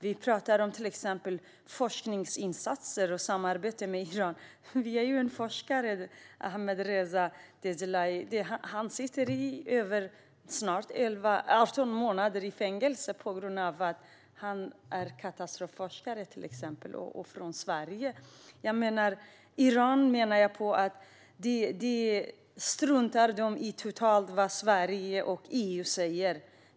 Vi talar om forskningssamarbete med Iran, men forskaren Ahmadreza Djalali sitter sedan snart 18 månader i fängelse för att han är katastrofforskare från Sverige. Iran struntar totalt i vad Sverige och EU säger.